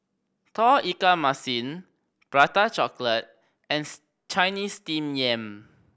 Tauge Ikan Masin Prata Chocolate and Chinese Steamed Yam